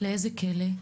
באיזה כלא?